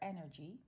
energy